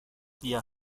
yeah